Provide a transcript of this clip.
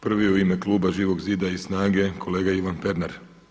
Prvi u ime klub Živog zida i SNAGA-e kolega Ivan Pernar.